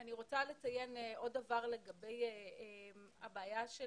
אני רוצה לציין עוד דבר לגבי הבעיה של